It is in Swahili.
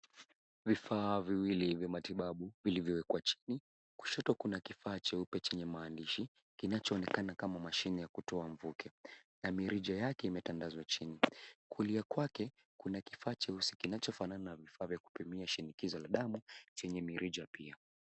Vifaa viwili vya matibabu vilivyowekwa chini. Kushoto kuna kifaa cheupe chenye maandishi kinachoonekana kama mashine ya kutoa mvuke na mirija yake imetandazwa chini. Kulia kwake kuna kifaa cheusi kinachofanana na vifaa vya kupimia shinikizo la damu chenye mirija pia.